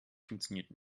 funktioniert